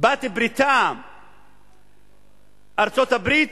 בעלת-בריתה ארצות-הברית,